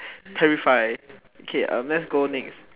terrify okay let's go next